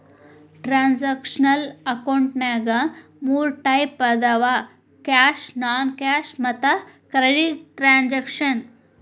transactional ಅಕೌಂಟಿನ್ಯಾಗ ಮೂರ್ type ಅದಾವ ಕ್ಯಾಶ್ ನಾನ್ ಕ್ಯಾಶ್ ಮತ್ತ ಕ್ರೆಡಿಟ್ ಟ್ರಾನ್ಸಾಕ್ಷನ